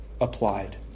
applied